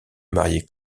marier